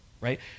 right